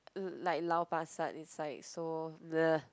like Lau-Pa-Sat is like so !bleh!